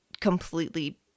completely